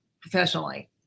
professionally